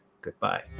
goodbye